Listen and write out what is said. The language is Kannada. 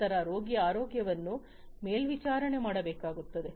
ನಂತರ ರೋಗಿಯ ಆರೋಗ್ಯವನ್ನು ಮೇಲ್ವಿಚಾರಣೆ ಮಾಡಬೇಕಾಗುತ್ತದೆ